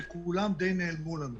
וכולם די נעלמו לנו,